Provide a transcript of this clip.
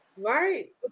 Right